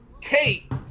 Kate